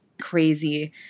crazy